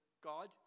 God